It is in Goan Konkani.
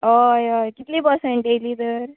ऑय ऑय कितली पर्संटेज येली तर